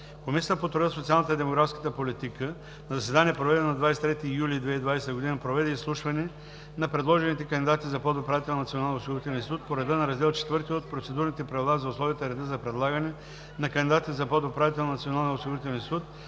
Комисията по труда, социалната и демографската политика на заседание, проведено на 23 юли 2020 г., проведе изслушване на предложените кандидати за подуправител на Националния осигурителен институт по реда на Раздел IV от Процедурните правила за условията и реда за предлагане на кандидати за подуправител на Националния осигурителен институт,